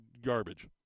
garbage